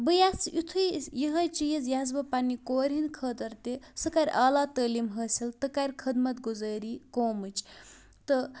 بہٕ یَژھٕ یُتھُے یِہٕے چیٖز یَژھٕ بہٕ پنٛنہِ کورِ ہِنٛدِ خٲطٕر تہِ سُہ کَرِ اعلٰی تعلیٖم حٲصِل تہٕ کَرِ خٔدمَت گُزٲری قومٕچ تہٕ